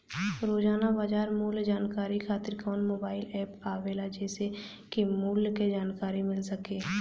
रोजाना बाजार मूल्य जानकारी खातीर कवन मोबाइल ऐप आवेला जेसे के मूल्य क जानकारी मिल सके?